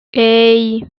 hey